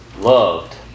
loved